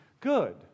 good